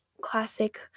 classic